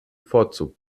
vorzug